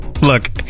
Look